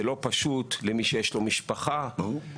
זה לא פשוט למי שיש לו משפחה -- ברור.